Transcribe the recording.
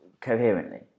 coherently